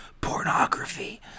pornography